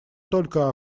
только